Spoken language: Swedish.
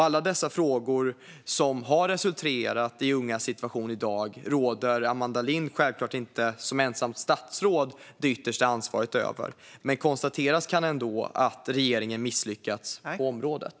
Alla dessa frågor som har resulterat i ungas situation i dag har Amanda Lind självklart inte som ensamt statsråd det yttersta ansvaret för. Men konstateras kan ändå att regeringen misslyckats på området.